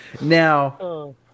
now